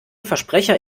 versprecher